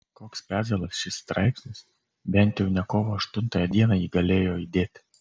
koks pezalas šis straipsnis bent jau ne kovo aštuntąją dieną jį galėjo įdėti